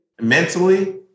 mentally